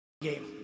game